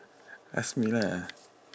ask me lah